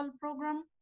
program